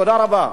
תודה רבה.